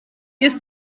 ist